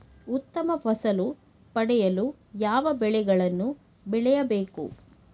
ಉತ್ತಮ ಫಸಲು ಪಡೆಯಲು ಯಾವ ಬೆಳೆಗಳನ್ನು ಬೆಳೆಯಬೇಕು?